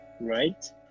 right